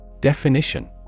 Definition